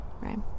right